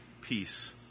peace